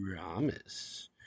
promise